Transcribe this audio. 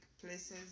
places